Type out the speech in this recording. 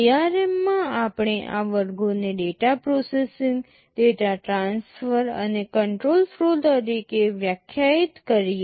ARM માં આપણે આ વર્ગોને ડેટા પ્રોસેસિંગ ડેટા ટ્રાન્સફર અને કંટ્રોલ ફ્લો તરીકે વ્યાખ્યાયિત કરીએ